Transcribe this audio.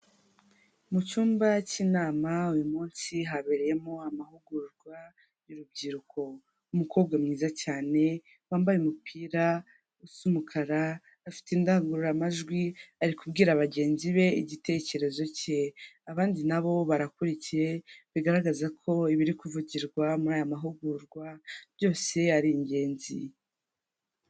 Mu cyumba k'inama uyu munsi habereyemo amahugurwa y'urubyiruko, umukobwa mwiza cyane wambaye umupira usa umukara afite indangururamajwi ari kubwira bagenzi be igitekerezo ke, abandi na bo barakurikiye bigaragaza ko ibiri kuvugirwa muri aya mahugurwa byose ari ingenzi.